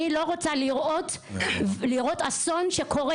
אני לא רוצה לראות אסון שקורה,